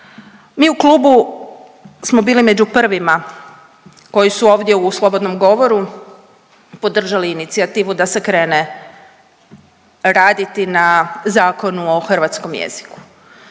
Mi u klubu smo bili među prvima koji su ovdje u slobodnom govoru podržali inicijativu da se krene raditi na Zakonu o hrvatskom jeziku,